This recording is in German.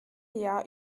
jahr